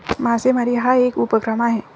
मासेमारी हा एक उपक्रम आहे